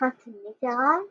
משפחת מיטראן